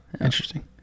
Interesting